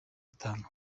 itanu